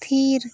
ᱛᱷᱤᱨ